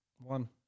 One